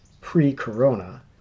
pre-corona